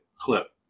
clip